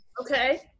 Okay